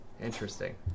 interesting